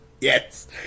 yes